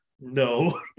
No